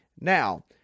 Now